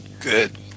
Good